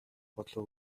болов